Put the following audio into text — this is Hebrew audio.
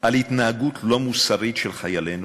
על התנהגות לא מוסרית של חיילינו,